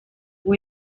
uwo